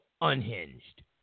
unhinged